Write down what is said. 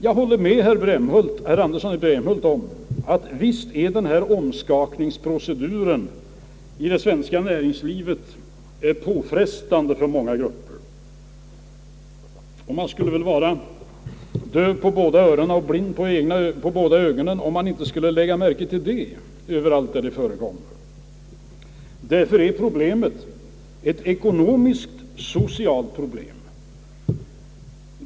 Jag håller med herr Andersson i Brämhult om att visst är den här omskakningsproceduren i det svenska näringslivet påfrestande för många grupper. Och man skulle väl vara döv på båda öronen och blind på båda ögonen om man inte skulle lägga märke till den överallt där den förekommer. Därför är problemet ett ekonomisktsocialt problem.